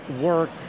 work